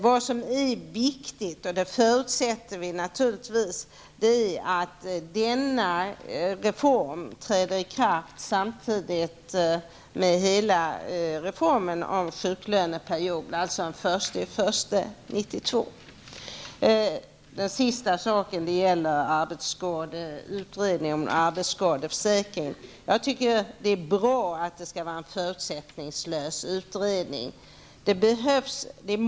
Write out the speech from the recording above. Vad som är viktigt är -- jag förutsätter detta naturligtvis -- att denna reform träder i kraft samtidigt med reformen om sjuklöneperioden, alltså den 1 januari 1992. Den sista sak som jag vill ta upp gäller utredningen om arbetsskadeförsäkringen. Jag tycker att det är bra att det skall vara en förutsättningslös utredning.